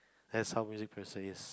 that's how music producer is